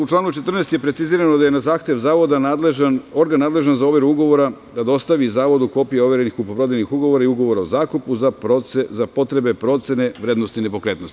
U članu 14. je precizirano da je na zahtev zavoda organ nadležan za overuugovora dužan da dostavi zavodu kopiju overenih kupo-prodajnih ugovora i ugovora o zakupu za potrebe procene vrednosti nepokretnosti.